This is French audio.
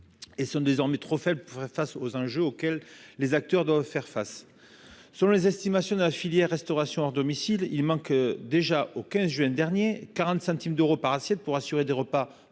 et sont désormais trop faible face aux enjeux auxquels les acteurs doivent faire face, selon les estimations de la filière restauration hors domicile, il manque déjà au 15 juin dernier 40 centimes d'Euro par assiette pour assurer des repas